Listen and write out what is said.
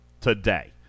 today